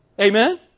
amen